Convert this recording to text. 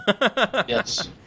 Yes